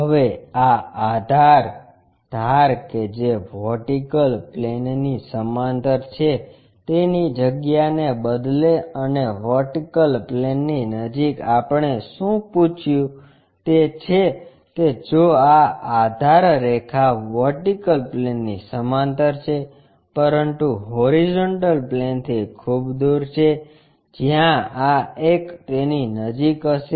હવે આ આધાર ધાર કે જે વર્ટિકલ પ્લેનની સમાંતર છે તેની જગ્યાને બદલે અને વર્ટિકલ પ્લેનની નજીક આપણે શું પૂછશું તે છે કે જો આ આધારરેખા વર્ટિકલ પ્લેનની સમાંતર છે પરંતુ હોરીઝોન્ટલ પ્લેનથી ખૂબ દૂર છે જ્યાં આ એક તેની નજીક હશે